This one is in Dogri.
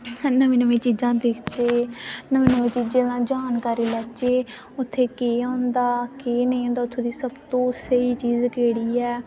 नमीं नमीं चीजां दिक्खचै नमीं नमीं चीजें दी जानकारी लैचे उत्थें केह् होंदा केह् नेईं होंदा उत्थें दी सख्ती ते ओह् स्हेई चीज केह्ड़ी ऐ